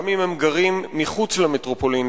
גם אם הם גרים מחוץ למטרופולין,